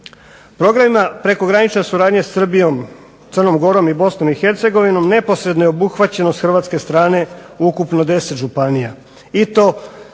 Programima prekogranične suradnje s Srbijom, Crnom gorom i Bosnom i Hercegovinom neposredno je obuhvaćeno s Hrvatske strane ukupno 10 županije,